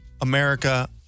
America